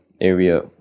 area